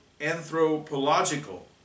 anthropological